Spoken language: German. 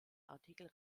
artikel